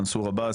מנסור עבאס,